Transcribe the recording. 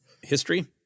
history